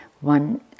one